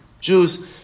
Jews